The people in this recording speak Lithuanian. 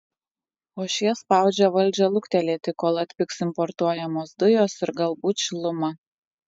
o šie spaudžia valdžią luktelėti kol atpigs importuojamos dujos ir galbūt šiluma